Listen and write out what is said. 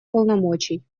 полномочий